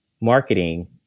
marketing